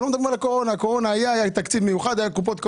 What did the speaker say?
כי בקורונה היה תקציב מיוחד, היו קופסאות קורונה.